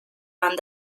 van